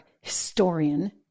historian